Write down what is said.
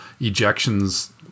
ejections